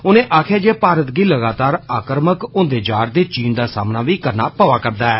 उनें आखेआ जे भारत गी लगातार आक्रामक हूंदे जायदे चीन दा सामना बी करना पवावदा ऐ